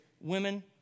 women